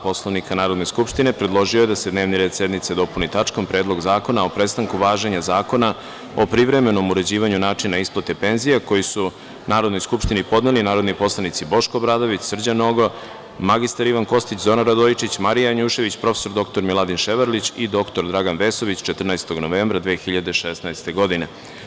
Poslovnika Narodne skupštine, predložio je da se dnevni red sednice dopuni tačkom – Predlog zakona o prestanku važenja Zakona o privremenom uređivanju načina isplate penzija, koji su Narodnoj skupštini podneli narodni poslanici Boško Obradović, Srđan Nogo, mr Ivan Kostić, Zoran Radojičić, Marija Janjušević, prof. dr Miladin Ševarlić i dr Dragan Vesović 14. novembra 2016. godine.